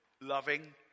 loving